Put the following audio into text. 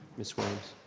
miss williams.